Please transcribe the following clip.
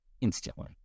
instantly